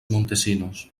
montesinos